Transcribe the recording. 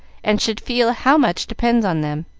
and should feel how much depends on them.